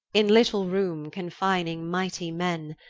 in little roome confining mightie men,